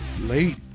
Late